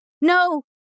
no